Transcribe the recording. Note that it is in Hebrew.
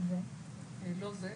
אולי אנחנו,